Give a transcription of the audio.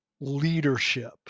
leadership